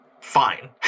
fine